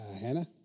Hannah